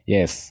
Yes